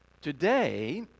Today